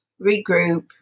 regroup